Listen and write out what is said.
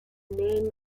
name